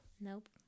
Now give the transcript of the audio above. Nope